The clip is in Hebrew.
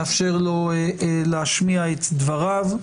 נאפשר לו להשמיע את דבריו.